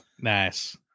Nice